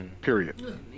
period